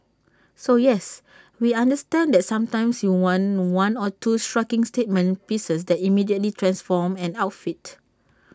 so yes we understand that sometimes you want one or two striking statement pieces that immediately transform an outfit